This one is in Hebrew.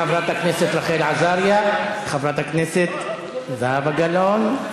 חברת הכנסת רחל עזריה וחברת הכנסת זהבה גלאון.